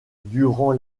durant